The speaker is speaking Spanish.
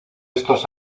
estos